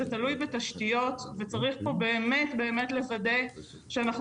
זה תלוי בתשתיות וצריך פה באמת באמת לוודא שאנחנו